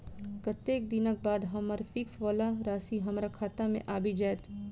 कत्तेक दिनक बाद हम्मर फिक्स वला राशि हमरा खाता मे आबि जैत?